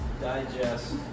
digest